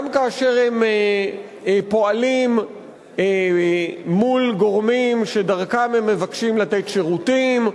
גם כאשר הם פועלים מול גורמים שדרכם הם מבקשים לתת שירותים,